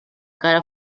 cara